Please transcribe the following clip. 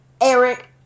Eric